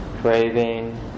craving